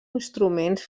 instruments